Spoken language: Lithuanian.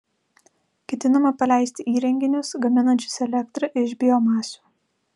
ketinama paleisti įrenginius gaminančius elektrą iš biomasių